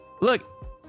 Look